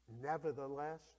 Nevertheless